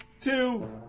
Two